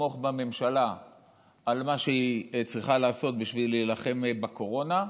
נתמוך בממשלה על מה שהיא צריכה לעשות בשביל להילחם בקורונה,